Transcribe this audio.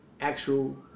Actual